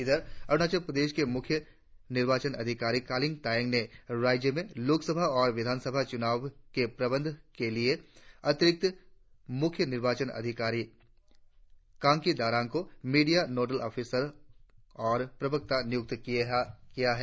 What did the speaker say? इधर अरुणाचल प्रदेश के मुख्य निर्वाचन अधिकारी कालिंग तायेंग ने राज्य में लोक सभा और विधानसभा चुनावों के प्रबंधन के लिए अतिरिक्त मुख्य निर्वाचन अधिकारी कांगकी दारांग को मीडिया नॉडल आफिसर और प्रवक्ता नियुक्त किया है